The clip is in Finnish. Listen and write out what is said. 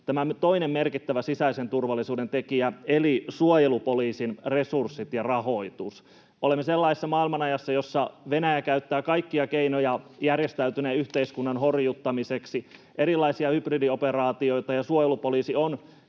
tämän toisen merkittävän sisäisen turvallisuuden tekijän eli suojelupoliisin resursseista ja rahoituksesta. Olemme sellaisessa maailmanajassa, jossa Venäjä käyttää kaikkia keinoja järjestäytyneen yhteiskunnan horjuttamiseksi, erilaisia hybridioperaatioita, ja suojelupoliisi on